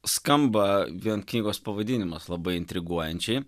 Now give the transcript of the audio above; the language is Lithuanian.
skamba vien knygos pavadinimas labai intriguojančiai